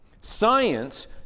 Science